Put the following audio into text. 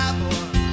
boy